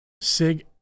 SIG